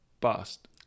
bust